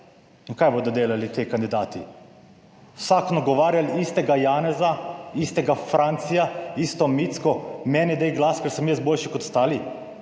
n kaj bodo delali ti kandidati? Vsak nagovarjali istega Janeza, istega Francija, isto Micko, meni daj glas, ker sem jaz boljši kot ostali.